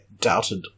doubted